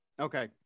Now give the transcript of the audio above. Okay